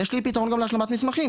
יש לי פתרון גם להשלמת מסמכים.